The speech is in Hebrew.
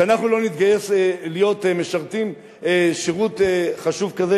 שאנחנו לא נתגייס להיות משרתים שירות חשוב כזה?